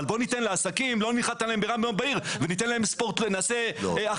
אבל בואו וניתן לעסקים ולא ננחת עליהם כרעם ביום בהיר ונעשה אכיפה.